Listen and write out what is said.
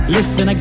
Listen